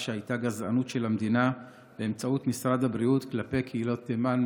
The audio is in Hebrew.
שהייתה גזענות של המדינה באמצעות משרד הבריאות כלפי קהילות תימן,